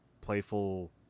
playful